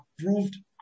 approved